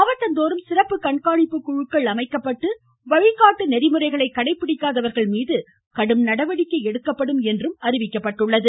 மாவட்டந்தோறும் சிறப்பு கண்காணிப்பு குழு அமைக்கப்பட்டு வழிகாட்டு நெறிமுறைகளை கடைபிடிக்காதவர்கள் மீது கடும் நடவடிக்கை எடுக்கப்படும் என்று அறிவிக்கப்பட்டுள்ளது